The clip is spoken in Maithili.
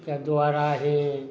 के दुआरा ही